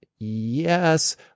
yes